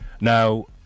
Now